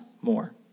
more